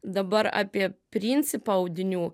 dabar apie principą audinių